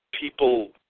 people